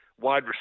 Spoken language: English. wide